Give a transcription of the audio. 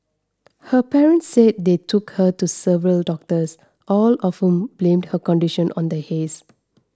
her parents said they took her to several doctors all of whom blamed her condition on the haze